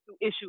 issue